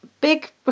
Big